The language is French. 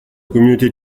communauté